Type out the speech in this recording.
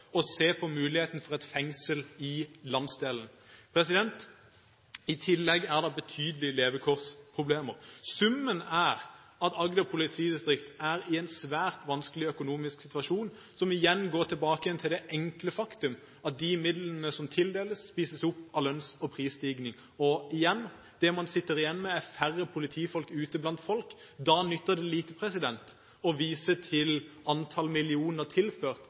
å se på muligheten for et fengsel i landsdelen. I tillegg er det betydelige levekårsproblemer. Summen er at Agder politidistrikt er i en svært vanskelig økonomisk situasjon, som igjen går tilbake til det enkle faktum at de midlene som tildeles, spises opp av lønns- og prisstigning. Igjen: Det man sitter igjen med, er færre politifolk ute blant folk. Det nytter lite å vise til antall millioner tilført,